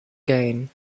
gain